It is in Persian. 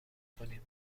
کنید